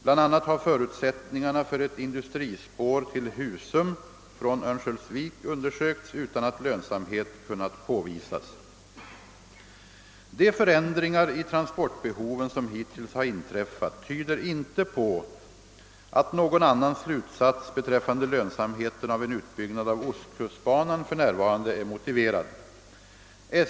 Bl.a. har förutsättningarna för ett industrispår till Husum från Örnsköldsvik undersökts utan att lönsamhet kunnat påvisas. De förändringar i transportbehoven som hittills har inträffat tyder inte på att någon annan slutsats beträffande lönsamheten av en utbyggnad av ostkustbanan för närvarande är motiverad.